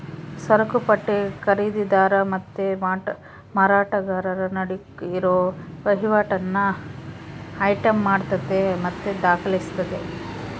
ಸರಕುಪಟ್ಟಿ ಖರೀದಿದಾರ ಮತ್ತೆ ಮಾರಾಟಗಾರರ ನಡುಕ್ ಇರೋ ವಹಿವಾಟನ್ನ ಐಟಂ ಮಾಡತತೆ ಮತ್ತೆ ದಾಖಲಿಸ್ತತೆ